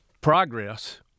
progress